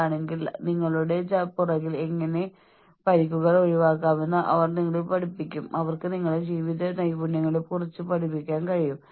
അത് നിങ്ങളുടെ അല്ലെങ്കിൽ ഏതെങ്കിലും കൃത്യതയുള്ള തൊഴിലാളിയെ ബാധിച്ചേക്കാം അത് കാര്യങ്ങൾ വസ്തുനിഷ്ഠമായി വളരെ വളരെ കൃത്യമായി ചെയ്യാനുള്ള നിങ്ങളുടെ കഴിവിനെ ബാധിക്കും